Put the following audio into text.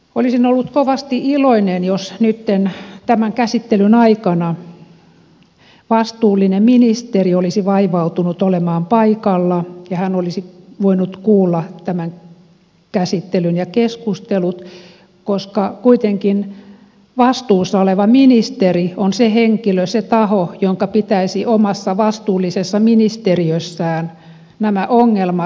olisin ollut kovasti iloinen jos nyt tämän käsittelyn aikana vastuullinen ministeri olisi vaivautunut olemaan paikalla ja hän olisi voinut kuulla tämän käsittelyn ja keskustelut koska kuitenkin vastuussa oleva ministeri on se henkilö se taho jonka pitäisi omassa vastuullisessa ministeriössään nämä ongelmat ratkaista